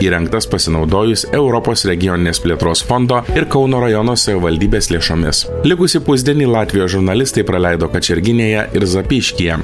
įrengtas pasinaudojus europos regioninės plėtros fondo ir kauno rajono savivaldybės lėšomis likusį pusdienį latvijos žurnalistai praleido kačerginėje ir zapyškyje